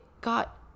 got